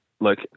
look